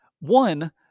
one